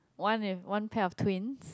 one with one pair of twins